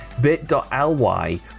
bit.ly